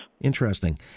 Interesting